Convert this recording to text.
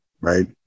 right